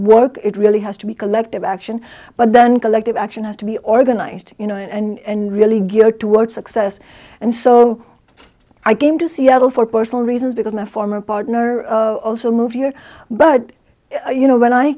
work it really has to be collective action but then collective action has to be organized you know and really geared toward success and so i came to seattle for personal reasons because i'm a former partner also moved here but you know when i